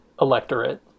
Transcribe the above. electorate